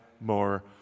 more